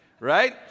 Right